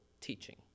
teaching